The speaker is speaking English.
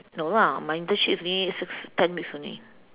no lah my internship is only six ten weeks only